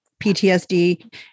PTSD